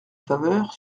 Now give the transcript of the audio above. faveur